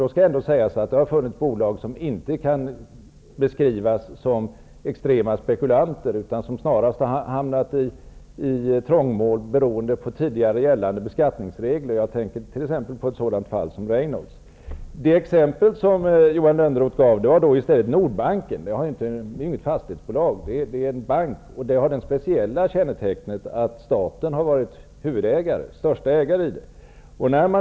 Det skall ändå sägas att det har funnits bolag som inte kan beskrivas som extrema spekulanter, utan som snarast har hamnat i trångmål beroende på tidigare gällande beskattningsregler. Jag tänker på t.ex. ett fall som Reynolds. Johan Lönnroth tog Nordbanken som exempel. Det är inte ett fastighetsbolag, utan en bank. Den har det speciella kännetecknet att staten har varit den största ägaren.